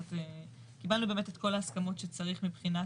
קיבלנו באמת את כל ההסכמות שצריך מבחינת